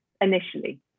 initially